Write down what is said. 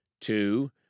Two